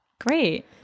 great